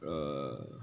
err